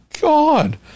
god